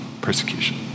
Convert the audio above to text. persecution